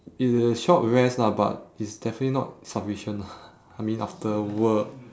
it's a short rest lah but it's definitely not sufficient ah I mean after work